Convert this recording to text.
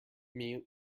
mute